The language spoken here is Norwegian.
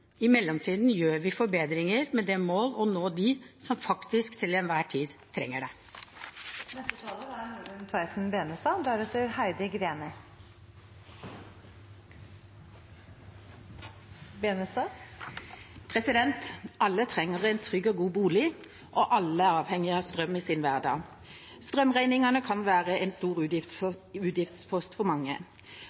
I mellomtiden gjør vi forbedringer med det mål å nå dem som til enhver tid faktisk trenger det. Alle trenger en trygg og god bolig, og alle er avhengig av strøm i sin hverdag. Strømregningene kan være en stor utgiftspost for mange.